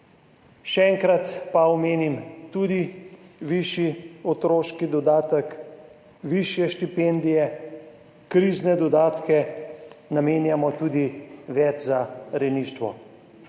Še enkrat pa omenim: tudi višji otroški dodatek, višje štipendije, krizni dodatki, namenjamo tudi več za rejništvo.